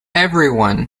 everyone